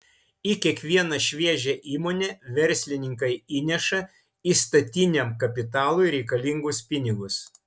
į kiekvieną šviežią įmonę verslininkai įneša įstatiniam kapitalui reikalingus pinigus